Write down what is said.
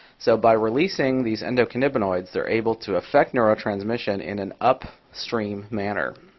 so by releasing these endocannabinoids, they are able to affect neurotransmission in an up stream manner.